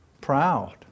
proud